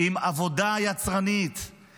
עם עבודה יצרנית,